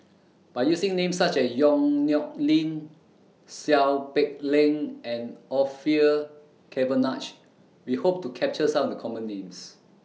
By using Names such as Yong Nyuk Lin Seow Peck Leng and Orfeur Cavenagh We Hope to capture Some of The Common Names